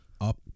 up